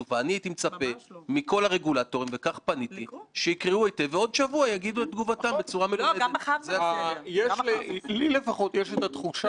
יישבו בהסבה, יקראו את הדוח בצורה מושכלת ומסודרת.